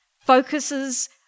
focuses